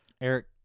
Eric